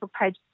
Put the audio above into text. page